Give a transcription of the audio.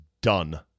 done